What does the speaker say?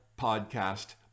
podcast